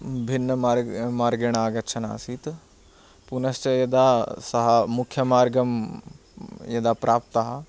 भिन्नमार्ग् मार्गेण आगच्छन् आसीत् पुनश्च यदा सः मुख्यमार्गं यदा प्राप्तः